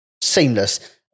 Seamless